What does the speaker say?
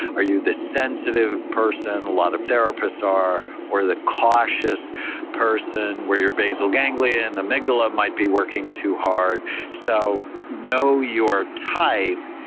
are you the sensitive person, a lot of therapists are, or the cautious person where your basal ganglia and amygdala might be working too hard so know your type.